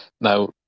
Now